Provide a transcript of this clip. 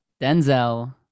Denzel